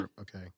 Okay